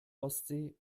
ostsee